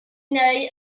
neu